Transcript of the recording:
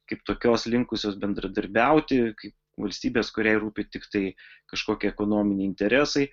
kaip tokios linkusios bendradarbiauti kaip valstybės kuriai rūpi tiktai kažkokie ekonominiai interesai